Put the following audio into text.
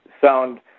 sound